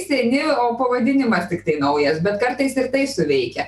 seni o pavadinimas tiktai naujas bet kartais ir tai suveikia